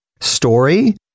story